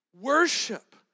Worship